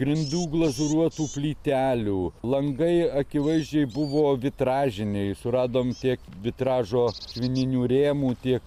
grindų glazūruotų plytelių langai akivaizdžiai buvo vitražiniai suradom tiek vitražo akmeninių rėmų tiek